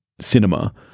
cinema